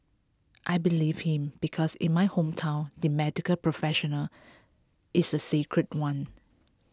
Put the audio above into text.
I believed him because in my hometown the medical professional is a sacred one